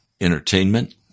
entertainment